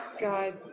God